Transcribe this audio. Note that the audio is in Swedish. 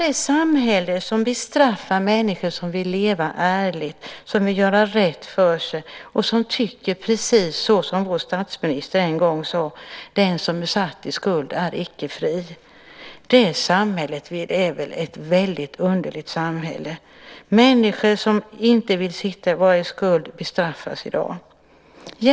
Det samhälle som vill straffa människor som vill leva ärligt och göra rätt för sig och som tycker precis så som vår statsminister en gång sade - den som är satt i skuld är icke fri - är väl ett väldigt underligt samhälle. Människor som inte vill sitta i skuld bestraffas i dag.